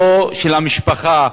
של המשפחה,